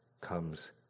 comes